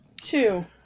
two